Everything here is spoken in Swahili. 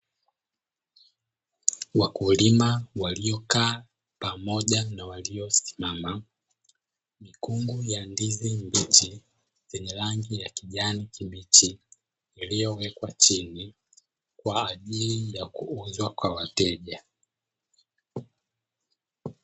Wakulima waliyokaa pamoja na waliyosimama, mikungu ya ndizi mbichi zenye rangi ya kijani kibichi iliyowekwa chini kwa ajili ya kuuzwa kwa wateja.